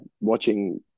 watching